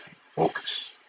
focus